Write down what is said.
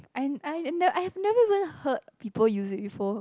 and I I've never even heard people use it before